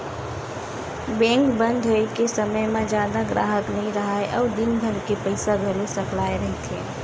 bank बंद होए के समे म जादा गराहक नइ राहय अउ दिनभर के पइसा घलो सकलाए रहिथे